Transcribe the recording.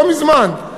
לא מזמן,